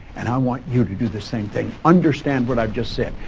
and i want you to do the same thing. understand what i've just said.